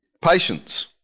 patience